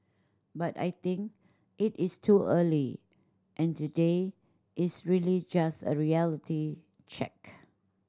but I think it is too early and today is really just a reality check